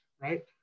Right